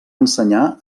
ensenyar